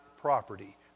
property